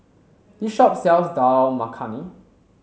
this shop sells Dal Makhani